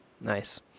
Nice